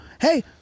hey